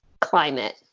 climate